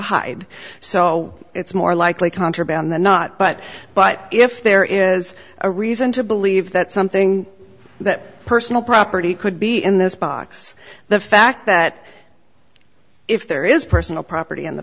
hide so it's more likely contraband than not but but if there is a reason to believe that something that personal property could be in this box the fact that if there is personal property in the